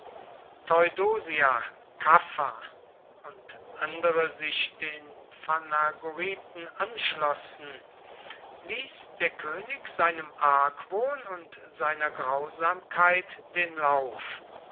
theudosia kaffa und andere sich den phanagoriten anschlossen ließ der könig seinem argwohn und seiner grausamkeit den lauf